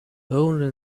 only